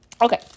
Okay